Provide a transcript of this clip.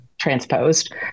transposed